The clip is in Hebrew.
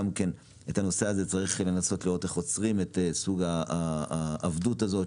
גם כן את הנושא צריך לנסות לראות איך עוצרים את סוג העבדות הזו,